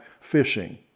fishing